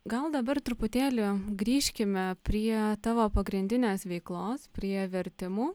gal dabar truputėlį grįžkime prie tavo pagrindinės veiklos prie vertimų